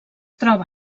troba